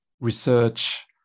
research